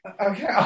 Okay